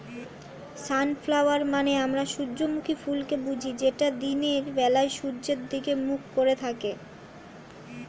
sunflower মানে আমরা সূর্যমুখী ফুলকে বুঝি যেটা দিনের বেলায় সূর্যের দিকে মুখ করে থাকে